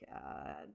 god